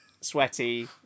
sweaty